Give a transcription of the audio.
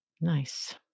Nice